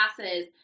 classes